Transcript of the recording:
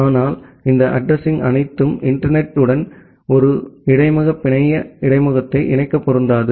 ஆனால் இந்த அட்ரஸிங் அனைத்தும் இன்டர்நெட் த்துடன் ஒரு இடைமுக பிணைய இடைமுகத்தை இணைக்க பொருந்தாது